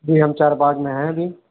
جی ہم چار باغ میں ہیں ابھی